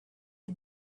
had